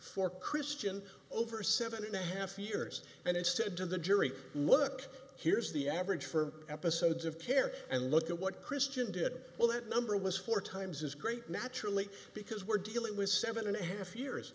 for christian over seven and a half years and i said to the jury look here's the average for episodes of care and look at what christian did well that number was four times as great naturally because we're dealing with seven and a half years